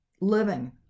living